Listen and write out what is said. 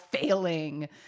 failing